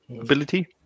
ability